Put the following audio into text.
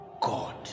God